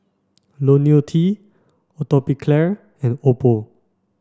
Ionil T Atopiclair and Oppo